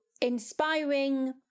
inspiring